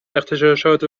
اغتشاشات